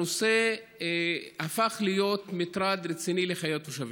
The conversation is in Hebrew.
הנושא הפך להיות מטרד רציני בחיי התושבים.